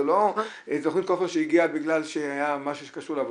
זה לא תכנית כופר שהגיעה בגלל משהו שקשור לעבודה,